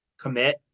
commit